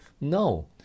No